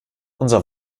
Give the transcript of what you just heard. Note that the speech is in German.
unser